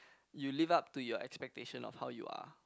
you live up to your expectation of how you are